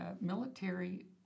military